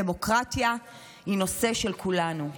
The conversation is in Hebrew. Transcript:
דמוקרטיה היא נושא של כולנו.